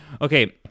Okay